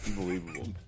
Unbelievable